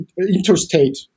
interstate